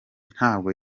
ntabwo